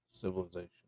civilization